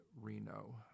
Reno